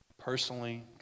Personally